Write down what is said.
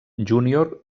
júnior